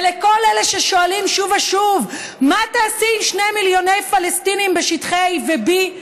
ולכל אלה ששואלים שוב ושוב: מה תעשי עם 2 מיליוני פלסטינים בשטחי A ו-B?